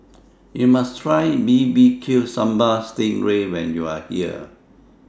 YOU must Try Bbq Sambal Sting Ray when YOU Are here